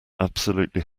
absolutely